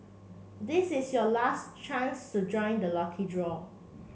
this is your last chance to join the lucky draw